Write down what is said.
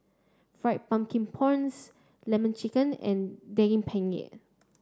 fried pumpkin prawns lemon chicken and Daging Penyet